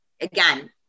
Again